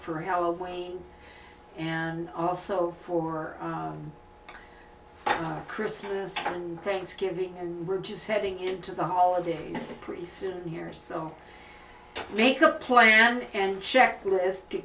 for halloween and also for christmas and thanksgiving and we're just heading into the holidays pretty soon here so we could plan and checklist to